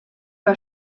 war